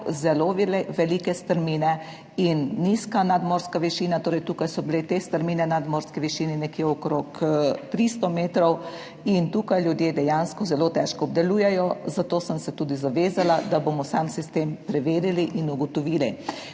zelo velike strmine in nizka nadmorska višina, te strmine na nadmorski višini okrog 300 metrov in tukaj ljudje dejansko zelo težko obdelujejo, zato sem se tudi zavezala, da bomo sam sistem preverili in ugotovili.